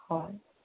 হয়